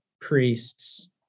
priests